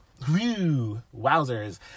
wowzers